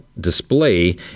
display